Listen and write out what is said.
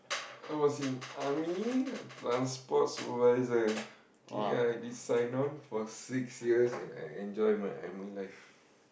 I was in army I'm sports supervisor okay I did sign on for six years and I enjoy my army life